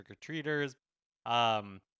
trick-or-treaters